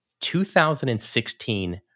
2016